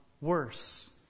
worse